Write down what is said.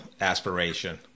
aspiration